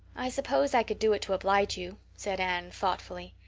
i suppose i could do it to oblige you, said anne thoughtfully.